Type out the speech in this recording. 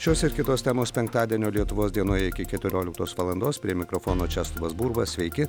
šios ir kitos temos penktadienio lietuvos dienoje iki keturioliktos valandos prie mikrofono česlovas burba sveiki